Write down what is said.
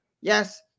Yes